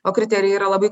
o kriterijai yra labai